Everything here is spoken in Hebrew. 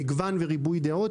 מגוון וריבוי דעות,